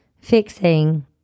fixing